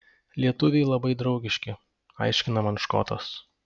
lietuviai labai draugiški aiškina man škotas